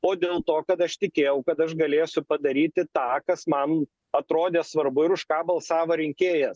o dėl to kad aš tikėjau kad aš galėsiu padaryti tą kas man atrodė svarbu ir už ką balsavo rinkėjas